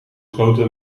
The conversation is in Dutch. grote